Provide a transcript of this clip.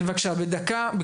כן בבקשה בקצרה.